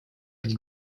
быть